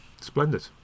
splendid